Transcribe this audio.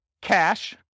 cash